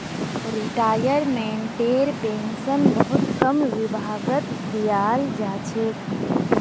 रिटायर्मेन्टटेर pension बहुत कम विभागत दियाल जा छेक